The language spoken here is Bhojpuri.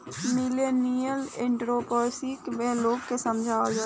मिलेनियल एंटरप्रेन्योरशिप में लोग के समझावल जाला